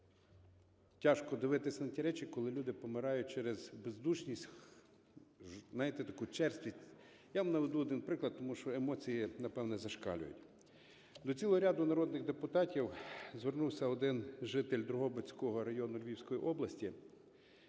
тяжко дивитись на ті речі, коли люди помирають через бездушність, знаєте, таку черствість. Я вам наведу один приклад, тому що емоції, напевне, зашкалюють. До цілого ряду народних депутатів звернувся один житель Дрогобицького району Львівської області,